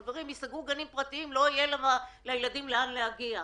חברים, אם ייסגר גן לא יהיה לילדים לאן להגיע.